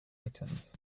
items